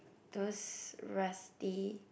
those rusty